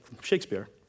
Shakespeare